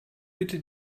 bitte